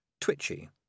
twitchy